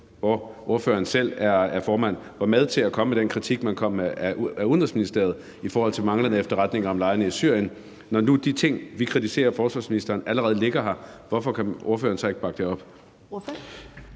som ordføreren selv er formand for, var med til at komme med den kritik af Udenrigsministeriet i forhold til manglende efterretninger om lejrene i Syrien, og når nu de ting, vi kritiserer forsvarsministeren for, allerede ligger her, hvorfor kan ordføreren så ikke bakke det op?